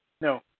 No